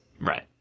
Right